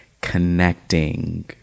connecting